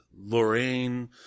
Lorraine